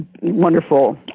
wonderful